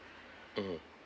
mmhmm